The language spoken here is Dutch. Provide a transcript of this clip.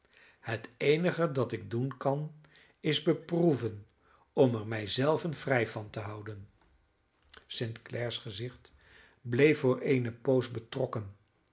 het eenige dat ik doen kan is beproeven om er mij zelven vrij van te houden st clare's gezicht bleef voor eene poos betrokken